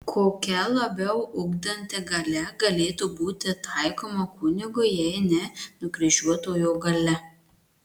kokia labiau ugdanti galia galėtų būti taikoma kunigui jeigu ne nukryžiuotojo galia